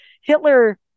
Hitler